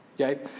Okay